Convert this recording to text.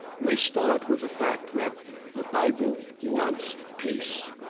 we start with the fact that the bible wants peace,